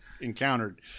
encountered